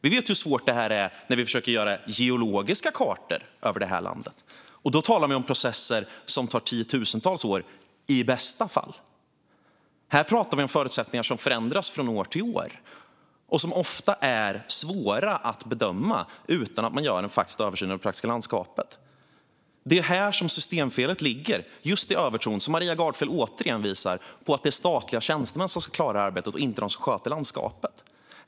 Vi vet hur svårt det här är när vi försöker göra geologiska kartor över det här landet, och då talar vi om processer som tar tiotusentals år - i bästa fall. Här pratar vi om förutsättningar som förändras från år till år och som ofta är svåra att bedöma utan att man gör en översyn av det faktiska landskapet. Det är här som systemfelet ligger, just i övertron som Maria Gardfjell återigen visar på att det är statliga tjänstemän som ska klara arbetet och inte de som sköter landskapet.